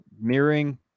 mirroring